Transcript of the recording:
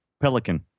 Pelican